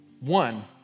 One